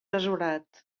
desolat